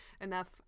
enough